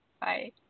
Bye